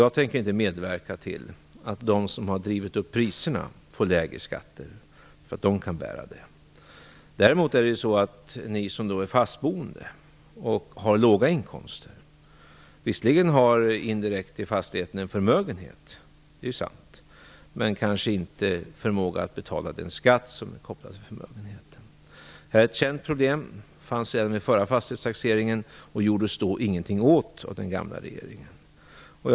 Jag tänker inte medverka till att de som har drivit upp priserna skall få lägre skatter. De kan bära den nya fastighetsskatten. Vad däremot beträffar dem som är fastboende och har låga inkomster gäller att dessa visserligen indirekt har en förmögenhet i fastigheten, men kanske inte förmåga att betala den skatt som är kopplad till förmögenheten. Det här är ett känt problem. Det fanns även i den förra fastighetstaxeringen, och den gamla regeringen gjorde då ingenting åt det.